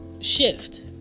shift